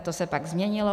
To se pak změnilo.